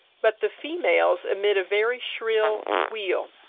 but the females emit a very shrill squeal.